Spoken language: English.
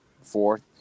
fourth